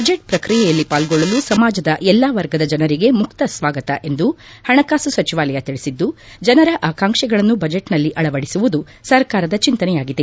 budget ಪ್ರಕ್ರಿಯೆಯಲ್ಲಿ ಪಾರ್ಗೊಳ್ಳಲು ಸಮಾಜದ ಎಲ್ಲಾ ವರ್ಗದ ಜನರಿಗೆ ಮುಕ್ತ ಸ್ವಾಗತ ಎಂದು ಹಣಕಾಸು ಸಚಿವಾಲಯ ತಿಳಿಸಿದ್ದು ಜನರ ಆಕಾಂಕ್ಷೆಗಳನ್ನು ಬಜೆಟ್ನಲ್ಲಿ ಅಳವಡಿಸುವುದು ಸರ್ಕಾರದ ಚಿಂತನೆಯಾಗಿದೆ